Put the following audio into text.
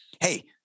Hey